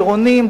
עירוניים,